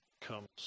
comes